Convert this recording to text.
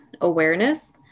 awareness